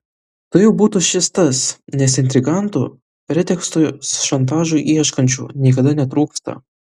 tai jau būtų šis tas nes intrigantų preteksto šantažui ieškančių niekada netrūksta